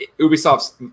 ubisoft's